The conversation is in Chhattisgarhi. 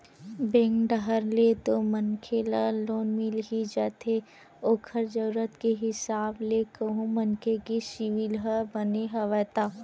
बेंक डाहर ले तो मनखे ल लोन मिल ही जाथे ओखर जरुरत के हिसाब ले कहूं मनखे के सिविल ह बने हवय ता